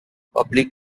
public